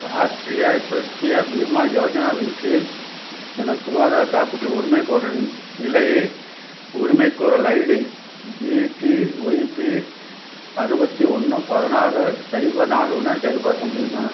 ராஷ்டிரிய ஸ்வஸ்திய பீமா யோஜனாவின் கீழ் எனது சுகாதார காப்பீட்டு உரிமைகோரலின் நிலையை உரிமைகோரல் ஐடி ஜிடிஒய்பி அறுபத்தி ஒன்று பதினாறு சைபர் நாலு உடன் சரிபார்க்க முடியுமா